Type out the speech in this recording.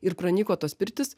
ir pranyko tos pirtys